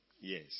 Yes